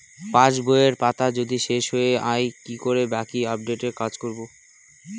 পাসবইয়ের পাতা যদি শেষ হয়ে য়ায় কি করে বাকী আপডেটের কাজ করব?